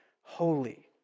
holy